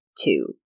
two